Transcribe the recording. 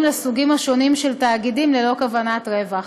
לסוגים השונים של תאגידים ללא כוונת רווח.